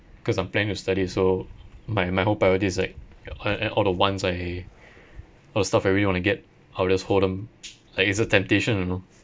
cause I'm planning to study also my my whole priority is like a~ and all the wants I all the stuff I really wanna get I'll just hold them like it's a temptation you know